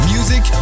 Music